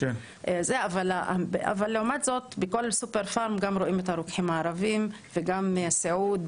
אבל לעומת זאת בכל סופר גם רואים את הרוקחים הערביים וגם בסיעוד,